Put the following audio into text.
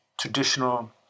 traditional